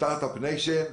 הסטרט-אפ ניישן,